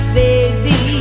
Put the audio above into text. baby